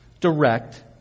direct